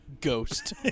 ghost